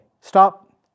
stop